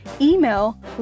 Email